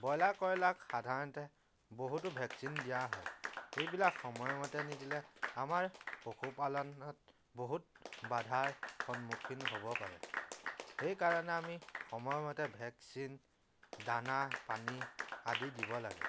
broiler কয়লাৰক সাধাৰণতে বহুতো ভেকচিন দিয়া হয় এইবিলাক সময়মতে নিদিলে আমাৰ পশুপালনত বহুত বাধাৰ সন্মুখীন হ'ব পাৰে সেইকাৰণে আমি সময়মতে ভেকচিন দানা পানী আদি দিব লাগে